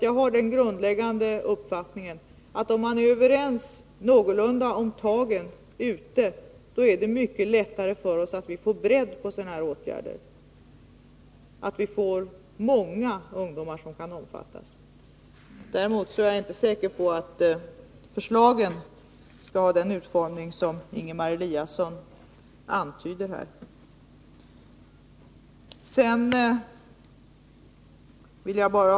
Jag har den grundläggande uppfattningen att om man är någorlunda överens om tagen, är det mycket lättare för oss att få bredd på sådana här åtgärder, så att många ungdomar kan omfattas. Däremot är jag inte säker på att förslagen skall ha den utformning som Ingemar Eliasson här antydde.